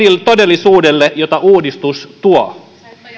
todellisuudelle jota uudistus tuo